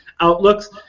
outlooks